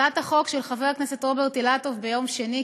הצעת החוק של חבר הכנסת רוברט אילטוב ביום שני,